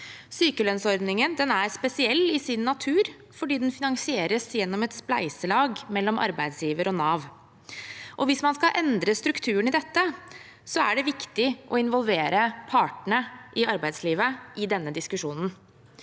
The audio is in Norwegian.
Sykelønnsordningen er spesiell i sin natur fordi den finansieres gjennom et spleiselag mellom arbeidsgiver og Nav. Hvis man skal endre strukturen i dette, er det viktig å involvere partene i arbeidslivet i denne diskusjonen.